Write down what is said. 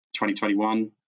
2021